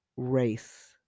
race